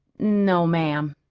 no, ma'am,